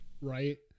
right